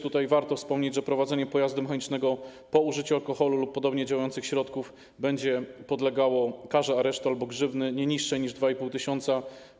Tutaj warto wspomnieć, że prowadzenie pojazdu mechanicznego po użyciu alkoholu lub podobnie działających środków będzie podlegało karze aresztu albo grzywny nie niższej niż 2500 zł.